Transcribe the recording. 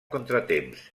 contratemps